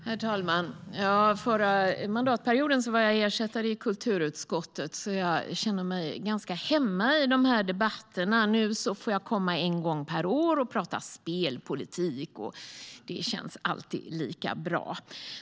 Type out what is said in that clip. Herr talman! Förra mandatperioden var jag ersättare i kulturutskottet, så jag känner mig ganska hemma i de här debatterna. Nu får jag komma en gång per år och prata spelpolitik. Det känns alltid lika bra.